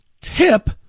tip